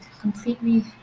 completely